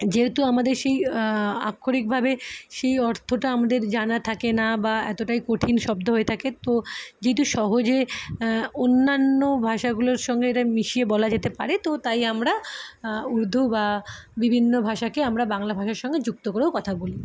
যেহেতু আমাদের সেই আক্ষরিকভাবে সেই অর্থটা আমাদের জানা থাকে না বা এতটাই কঠিন শব্দ হয়ে থাকে তো যেহেতু সহজে অন্যানো ভাষাগুলোর সঙ্গে এটা মিশিয়ে বলা যেতে পারে তো তাই আমরা উর্দু বা বিভিন্ন ভাষাকে আমরা বাংলা ভাষার সঙ্গে যুক্ত করেও কথা বলি